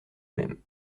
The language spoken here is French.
même